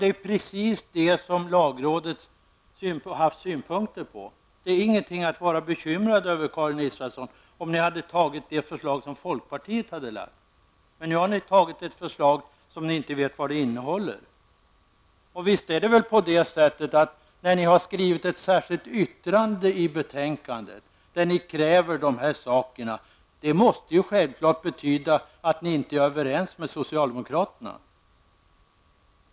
Det är ju precis detta som lagrådet har haft synpunkter på. Om ni antagit det förslag som folkpartiet lagt fram hade detta inte varit någonting att vara bekymrad över, Karin Israelsson. Men nu har ni bestämt er för ett förslag som ni inte vet vad det innehåller. Ni har avgett ett särskilt yttrande till betänkandet där ni kräver vissa saker. Det måste självfallet betyda att ni inte är överens med socialdemokraterna.